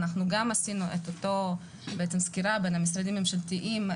אנחנו עשינו את אותה סקירה בין המשרדים הממשלתיים,